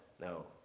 No